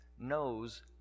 knows